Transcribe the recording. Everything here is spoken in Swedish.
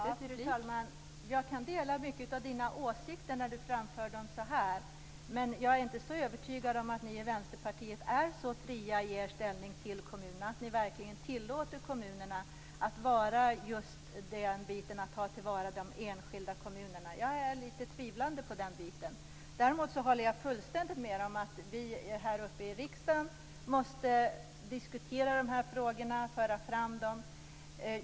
Fru talman! Jag kan dela många av Owe Hellbergs åsikter när han framför dem så här. Men jag är inte så övertygad om att ni i Vänsterpartiet är så fria i er inställning till kommunerna att ni verkligen tillåter att man tar till vara de enskilda kommunerna. Jag är lite tvivlande till det. Däremot håller jag fullständigt med Owe Hellberg om att vi här i riksdagen måste diskutera de här frågorna och föra fram dem.